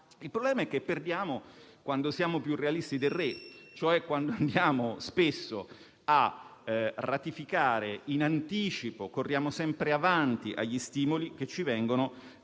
Il problema è che perdiamo quando siamo più realisti del re, ossia quando andiamo spesso a ratificare in anticipo e corriamo sempre avanti agli stimoli che ci vengono